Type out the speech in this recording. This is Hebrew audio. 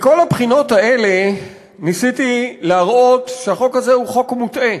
מכל הבחינות האלה ניסיתי להראות שהחוק הזה הוא חוק מוטעה.